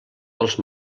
dels